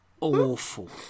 awful